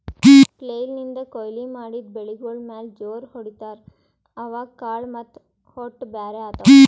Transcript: flail ನಿಂದ್ ಕೊಯ್ಲಿ ಮಾಡಿದ್ ಬೆಳಿಗೋಳ್ ಮ್ಯಾಲ್ ಜೋರ್ ಹೊಡಿತಾರ್, ಅವಾಗ್ ಕಾಳ್ ಮತ್ತ್ ಹೊಟ್ಟ ಬ್ಯಾರ್ ಆತವ್